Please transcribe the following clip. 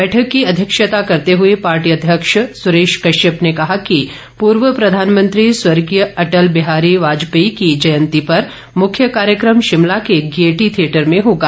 बैठक की अध्यक्षता करते हुए पार्टी अध्यक्ष सुरेश कश्यप ने कहा कि पूर्व प्रधानमंत्री स्वर्गीय अटल बिहारी वाजपेयी की जयंती पर मुख्य कार्यक्रम शिमला के गेयटी थियेटर में होगा